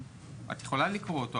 את יכולה לקרוא אותו.